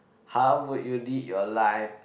how would you lead your life